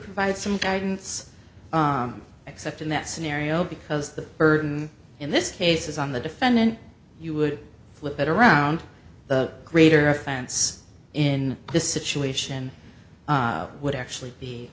provide some guidance except in that scenario because the burden in this case is on the defendant you would flip it around the greater offense in this situation would actually be